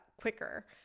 quicker